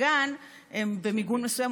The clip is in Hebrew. בגן הם במיגון מסוים.